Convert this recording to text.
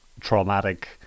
traumatic